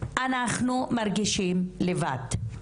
מרגישות לבד,